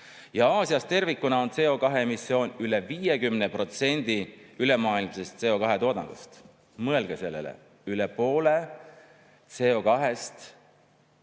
ja Aasias tervikuna on CO2emissioon üle 50% ülemaailmsest CO2toodangust. Mõelge sellele. Üle poole CO2-st